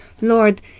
Lord